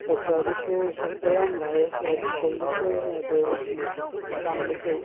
ꯁꯥꯇ꯭ꯔꯗꯁꯨ ꯁꯣꯛꯄ ꯌꯥꯝ ꯂꯥꯛꯑꯦ ꯁ꯭ꯀꯨꯜꯗꯁꯨ ꯂꯥꯏꯕ꯭ꯔꯦꯔꯤꯒꯤ ꯃꯇꯥꯡꯗꯁꯨ